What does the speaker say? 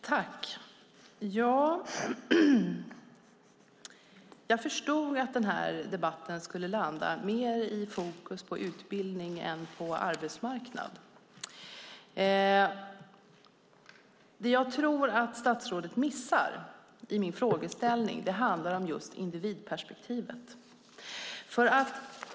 Fru talman! Jag förstod att den här debatten mer skulle landa i fokus på utbildning än på arbetsmarknad. Det jag tror att statsrådet missar i min frågeställning är individperspektivet.